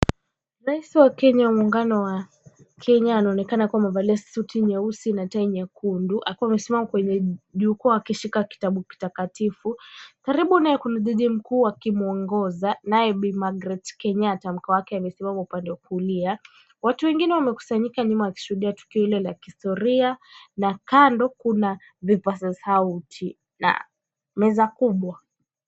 Rais wa Kenya wa muungano wa Kenya anaonekana akiwa amevalia suti na tai nyekundu akiwa amesimama kwenye jukwaa akishika kitabu takatifu. Karibu naye kuna jaji mkuu akimwongoza naye bi Magret Kenyatta amesimama upande wa kulia. Watu wengine wamekusanyika kwenye nyuma wakishuhudia tukio hilo la kihistoria na kando kuna vipaza sauti na meza kubwa.